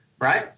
Right